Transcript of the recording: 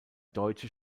deutsche